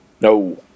No